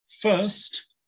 First